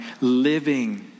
living